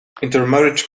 intermarriage